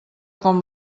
com